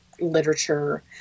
literature